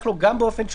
אלה שבאים מרקע כלכלי,